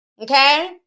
Okay